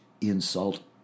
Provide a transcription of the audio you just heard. insult